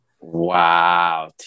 wow